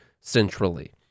centrally